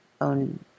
own